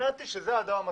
השתכנעתי שזה האדם המתאים,